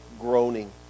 groaning